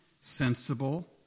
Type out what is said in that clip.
sensible